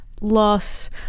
loss